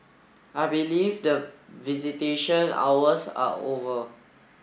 I believe that visitation hours are over